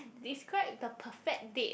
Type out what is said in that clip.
describe the perfect date